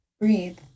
Breathe